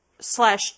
slash